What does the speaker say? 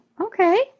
okay